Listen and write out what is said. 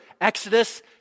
Exodus